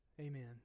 Amen